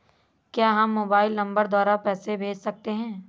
क्या हम mobile number द्वारा पैसे भेज सकते हैं?